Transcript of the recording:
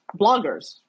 bloggers